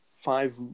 five